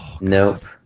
Nope